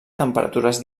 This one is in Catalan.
temperatures